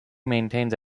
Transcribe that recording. maintains